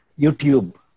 YouTube